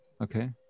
Okay